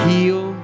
Heal